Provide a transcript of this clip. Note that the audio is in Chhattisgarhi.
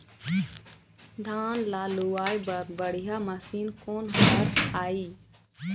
धान ला लुआय बर बढ़िया मशीन कोन हर आइ?